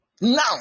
Now